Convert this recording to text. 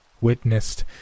Witnessed